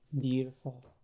Beautiful